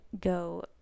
go